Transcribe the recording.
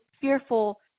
fearful